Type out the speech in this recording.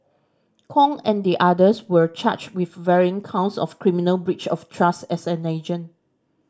Kong and the others were charged with varying counts of criminal breach of trust as an agent